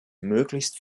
möglichst